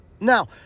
Now